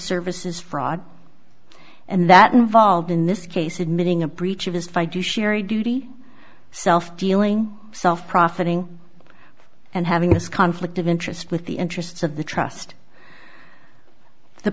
services fraud and that involved in this case admitting a breach of his fight you sherry duty self dealing self profiting and having this conflict of interest with the interests of the trust the